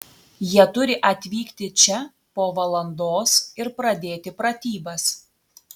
jie turi atvykti čia po valandos ir pradėti pratybas